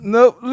Nope